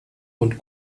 und